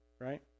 Right